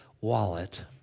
wallet